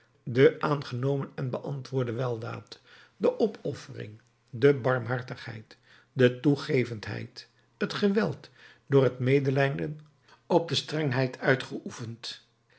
de aangenomen en beantwoorde weldaad de opoffering de barmhartigheid de toegevendheid het geweld door het medelijden op de strengheid uitgeoefend